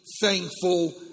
thankful